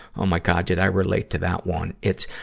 oh my god, did i relate to that one. it's,